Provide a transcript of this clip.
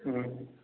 ம்